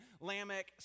Lamech